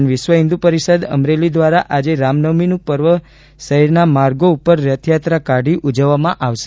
દરમિયાન વિશ્વહિન્દ્ર પરીષદ અમરેલી દ્વારા આજે રામનવમીનું પર્વ શહેરના માર્ગો ઉપર રથયાત્રા કાઢી ઉજવવામાં આવશે